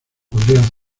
podría